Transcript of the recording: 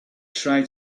try